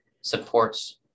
supports